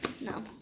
No